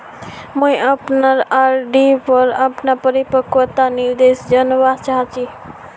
मुई अपना आर.डी पोर अपना परिपक्वता निर्देश जानवा चहची